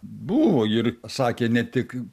buvo ir sakė ne tik